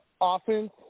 offense